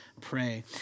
pray